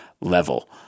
level